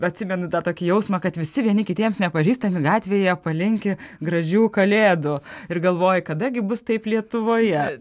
atsimenu tą tokį jausmą kad visi vieni kitiems nepažįstami gatvėje palinki gražių kalėdų ir galvoji kada gi bus taip lietuvoje